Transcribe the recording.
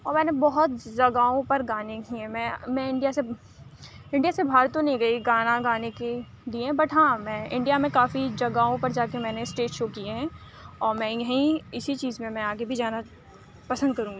اور میں نے بہت جگہوں پہ گانے کیے ہیں میں میں انڈیا سے انڈیا سے باہر تو نہیں گئی گانا گانے کے لیے بٹ ہاں میں انڈیا میں کافی جگہوں پر جا کے میں نے اسٹیج شو کیے ہیں اور میں یہیں اِسی چیز میں میں آگے بھی جانا پسند کروں گی